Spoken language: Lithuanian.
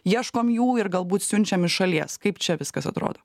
ieškom jų ir galbūt siunčiam iš šalies kaip čia viskas atrodo